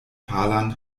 palan